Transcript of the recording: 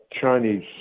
Chinese